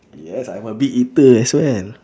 yes I'm a big eater as well